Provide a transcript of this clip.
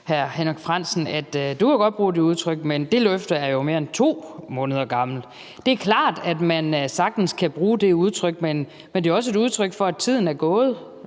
hr. Henrik Frandsen: Du kan godt bruge det udtryk, men det løfte er jo mere end 2 måneder gammelt. Det er klart, at man sagtens kan bruge det udtryk, men det er også et udtryk for, at tiden er gået.